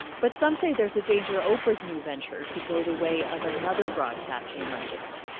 but some say, there's a danger oprah's new venture could go the way of another broadcasting legend,